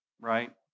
right